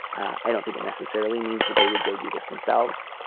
i don't think it necessarily means that they would go do this themselves.